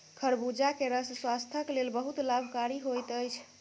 खरबूजा के रस स्वास्थक लेल बहुत लाभकारी होइत अछि